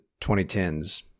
2010s